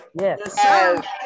yes